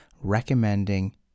recommending